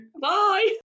Bye